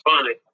funny